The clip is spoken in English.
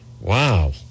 Wow